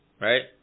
right